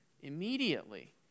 immediately